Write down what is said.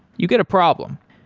you get a problem.